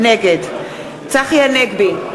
נגד צחי הנגבי,